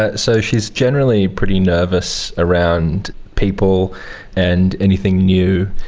ah so she is generally pretty nervous around people and anything new,